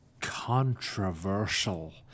controversial